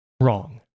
wrong